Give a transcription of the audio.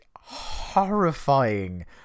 horrifying